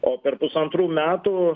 o per pusantrų metų